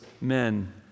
men